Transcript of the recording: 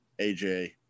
AJ